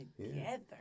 together